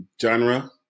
genre